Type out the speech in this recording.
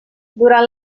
durant